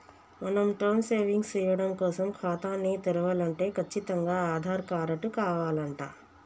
మనం term savings సేయడం కోసం ఖాతాని తెరవలంటే కచ్చితంగా ఆధార్ కారటు కావాలంట